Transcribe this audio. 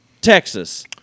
Texas